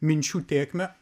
minčių tėkmę